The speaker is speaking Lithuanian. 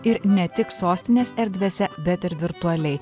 ir ne tik sostinės erdvėse bet ir virtualiai